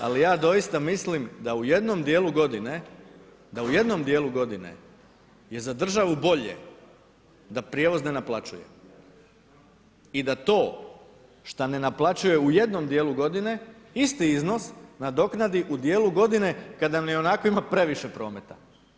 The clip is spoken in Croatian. Ali ja doista mislim da u jednom djelu godine, da u jednom djelu godine je za državu bolje da prijevoz ne naplaćuje i da to što ne naplaćuje u jednom djelu godine, isti iznos, nadoknadi u djelu godine kada ionako ima previše prometa.